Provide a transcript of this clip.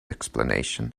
explanation